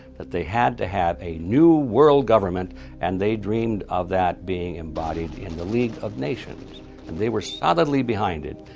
that they had to have a new world government and they dreamed of that being embodied in the league of nations. and they were solidly behind it.